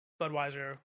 Budweiser